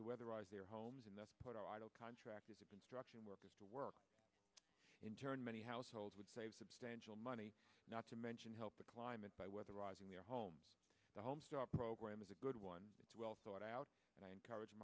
to weatherize their homes enough to put our idle contractors a construction workers to work in turn many households would save substantial money not to mention help the climate by weatherizing their home the home star program is a good one as well thought out and i encourage